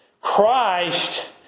Christ